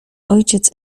ojciec